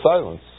silence